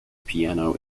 piano